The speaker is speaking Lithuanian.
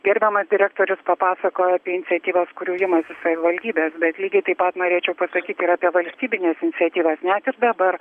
gerbiamas direktorius papasakojo apie iniciatyvas kurių imasi savivaldybės bet lygiai taip pat norėčiau pasakyti ir apie valstybines iniciatyvas net ir dabar